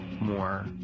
more